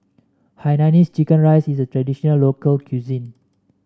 Hainanese Chicken Rice is a traditional local cuisine